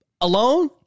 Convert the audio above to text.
alone